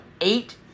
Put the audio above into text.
eight